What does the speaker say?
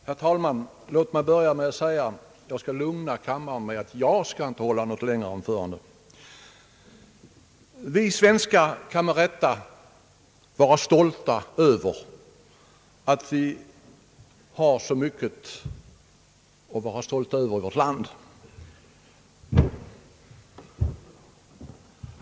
Herr talman! Låt mig börja med att säga att jag skall lugna kammaren med att lova att inte hålla något längre anförande. Vi svenskar har mycket att vara stolta över.